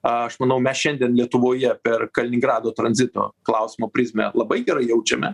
aš manau mes šiandien lietuvoje per kaliningrado tranzito klausimo prizmę labai gerai jaučiame